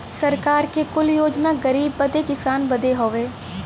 सरकार के कुल योजना गरीब बदे किसान बदे हउवे